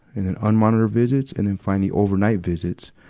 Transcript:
and then unmonitored visits, and then finally overnight visits.